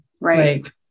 Right